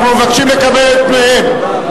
אנחנו מבקשים לקבל את פניהם,